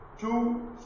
two